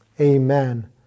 amen